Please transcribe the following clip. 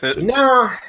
No